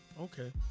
Okay